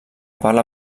parla